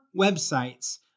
websites